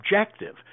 objective